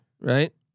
Right